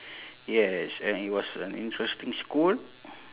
yes and it was an interesting school